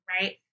right